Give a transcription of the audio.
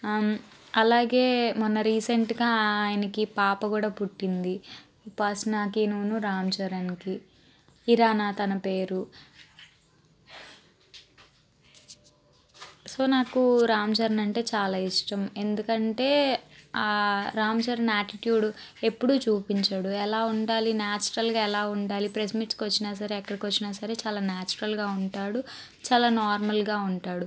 అలాగే మొన్న రీసెంట్గా ఆయనకి పాప కూడా పుట్టింది ఉపాసనాకిను రామ్ చరణ్కి హిరాణా తన పేరు సో నాకు రామ్ చరణ్ అంటే చాలా ఇష్టం ఎందుకంటే రామ్ చరణ్ ఆటిట్యూడ్ ఎప్పుడు చూపించడు ఎలా ఉండాలి నాచురల్గా ఎలా ఉండాలి ప్రెస్ మీట్కి వచ్చినా సరే ఎక్కడికి వచ్చినా సరే చాలా నాచురల్గా ఉంటాడు చాలా నార్మల్గా ఉంటాడు